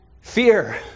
fear